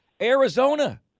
Arizona